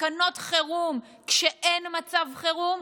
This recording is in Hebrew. תקנות חירום כשאין מצב חירום.